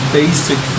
basic